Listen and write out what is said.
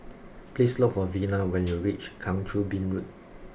please look for Vina when you reach Kang Choo Bin Road